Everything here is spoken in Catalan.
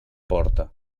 porta